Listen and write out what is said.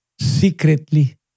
secretly